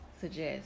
suggest